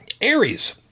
Aries